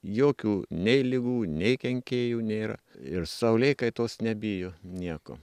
jokių nei ligų nei kenkėjų nėra ir saulėkaitos nebijo nieko